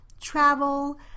travel